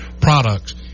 products